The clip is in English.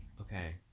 okay